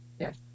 Yes